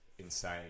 insane